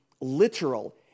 literal